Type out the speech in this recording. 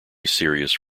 serious